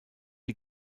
die